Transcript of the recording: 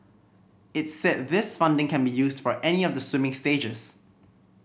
it said this funding can be used for any of the swimming stages